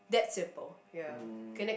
that simple ya okay next